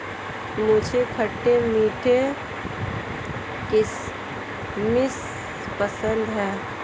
मुझे खट्टे मीठे किशमिश पसंद हैं